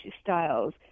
styles